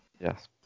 Yes